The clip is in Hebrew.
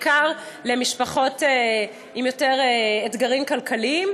בעיקר למשפחות עם יותר אתגרים כלכליים.